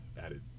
added